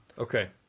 Okay